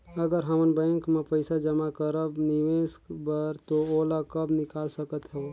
अगर हमन बैंक म पइसा जमा करब निवेश बर तो ओला कब निकाल सकत हो?